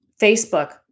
Facebook